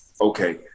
okay